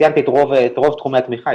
ציינתי את רוב תחומי התמיכה,